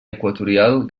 equatorial